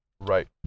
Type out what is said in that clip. Right